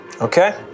Okay